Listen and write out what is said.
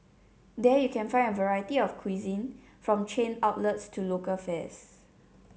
there you can find a variety of cuisine from chain outlets to local fares